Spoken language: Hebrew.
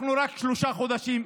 אנחנו רק שלושה חודשים,